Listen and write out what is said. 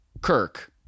Kirk